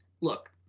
look